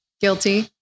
guilty